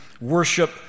worship